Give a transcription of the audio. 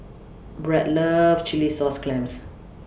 Brad loves Chilli Sauce Clams